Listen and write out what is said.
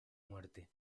muerte